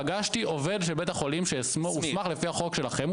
פגשתי עובד של בית החולים שהוסמך לפי החוק שלכם,